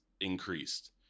increased